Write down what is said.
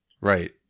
right